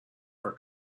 for